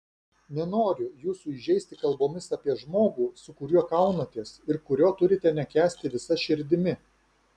nenoriu jūsų įžeisti kalbomis apie žmogų su kuriuo kaunatės ir kurio turite nekęsti visa širdimi